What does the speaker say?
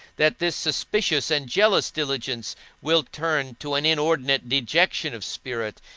that this suspicious and jealous diligence will turn to an inordinate dejection of spirit,